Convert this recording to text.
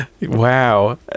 Wow